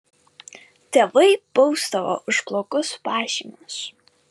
tėvai bausdavo už blogus pažymius